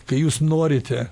kai jūs norite